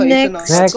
Next